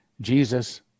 Jesus